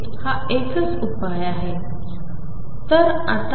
हा एकच उपायआहे